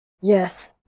Yes